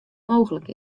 mooglik